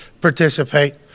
participate